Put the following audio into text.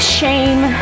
shame